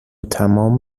تمام